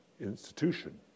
institution